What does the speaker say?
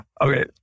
Okay